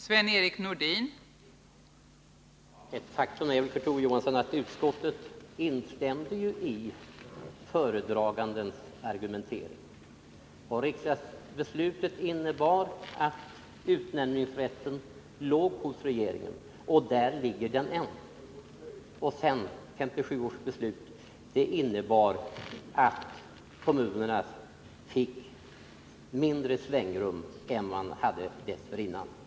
Fru talman! Faktum är, Kurt Ove Johansson, att utskottet instämde i föredragandens argumentering. Riksdagsbeslutet innebar att utnämningsrätten låg hos regeringen, och där ligger den ännu. Vidare innebar 1957 års beslut att kommunerna fick mindre svängrum än de hade dessförinnan.